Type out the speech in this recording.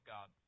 God